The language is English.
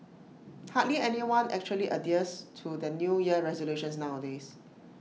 hardly anyone actually adheres to their New Year resolutions nowadays